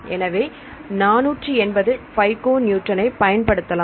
எனவே 480 பைகோ நியூட்டனை மதிப்பிடலாம்